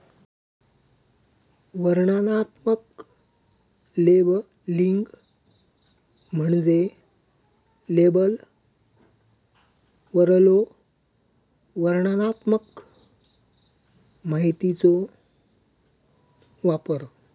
वर्णनात्मक लेबलिंग म्हणजे लेबलवरलो वर्णनात्मक माहितीचो वापर